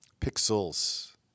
Pixels